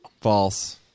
false